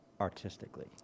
artistically